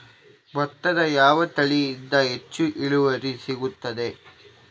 ಭತ್ತದ ಯಾವ ತಳಿಯಿಂದ ಹೆಚ್ಚು ಇಳುವರಿ ಸಿಗುತ್ತದೆ?